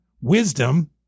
wisdom